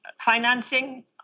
financing